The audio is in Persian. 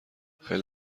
خیلی